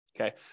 Okay